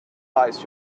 lies